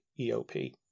EOP